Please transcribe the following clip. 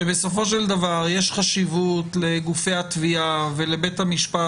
שיש חשיבות לגופי התביעה ולבית המשפט